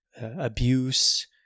abuse